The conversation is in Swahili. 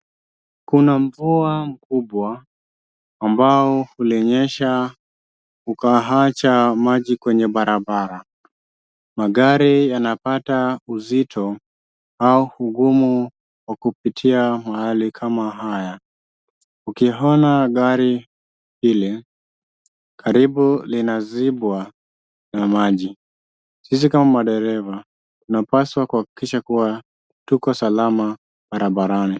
Kuna mvua mkubwa ambao ulinyesha ukaacha maji kwenye barabara, magari yanapata uzito au ugumu wakupitia mahali kama haya. Kuona gari lile karibu linazibwa na maji. Sisi kama mandereva tunapaswa kuhakikisha kuwa tuko salama barabarani.